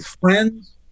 friends